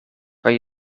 kan